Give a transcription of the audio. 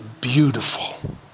beautiful